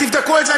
ותבדקו את זה,